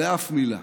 לאף מילה.